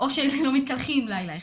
או שלא מתקלחים לילה אחד.